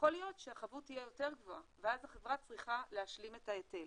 ויכול להיות שהחבות תהיה יותר גבוהה ואז החברה צריכה להשלים את ההיטל.